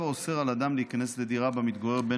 צו האוסר על אדם להיכנס לדירה שבה מתגורר בן